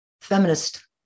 feminist